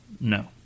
No